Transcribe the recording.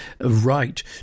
right